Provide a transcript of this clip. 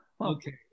Okay